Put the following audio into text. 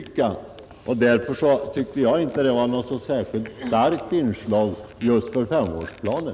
Därför tyckte jag inte det var något särskilt starkt inslag just för femårsplanen.